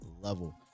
level